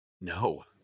No